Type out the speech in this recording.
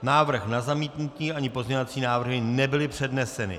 Návrh na zamítnutí ani pozměňovací návrhy nebyly předneseny.